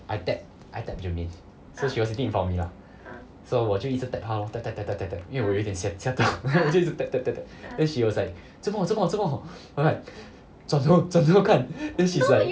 I tap I tap germaine so she was sitting infront of me lah so 我就一直 tap 她咯 tap tap tap tap tap tap 因为我有一点吓吓到 then 我就一直 tap tap tap tap then she was like 做什么做什么做什么我 like 转头转头看 then she's like